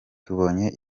tubonye